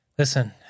Listen